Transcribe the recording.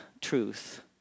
truth